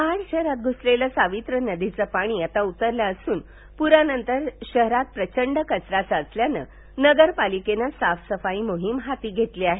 महाड शहरात घ्सलेल सावित्री नदीच पाणी आता उतरल असून प्रानतर शहरात प्रचंड कचरा साचल्यानं नगरपालिकेनं साफसफाई मोहिम हाती घेतली आहे